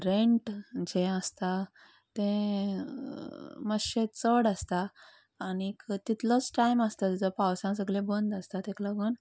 rent जे आसता तें मात्शें चड आसता आनीक तितलोच टायम आसता तेचो पावसान सगळें बंद आसता तेक लागून